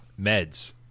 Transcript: meds